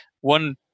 one